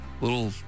little